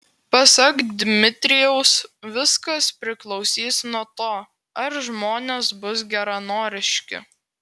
pasak dmitrijaus viskas priklausys nuo to ar žmonės bus geranoriški